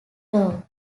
dog